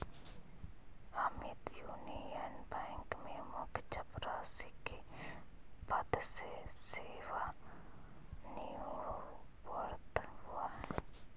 Amit Union Bank में मुख्य चपरासी के पद से सेवानिवृत हुआ है